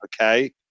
okay